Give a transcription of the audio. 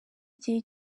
igihe